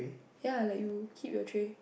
ya like you keep your tray